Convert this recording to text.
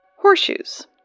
Horseshoes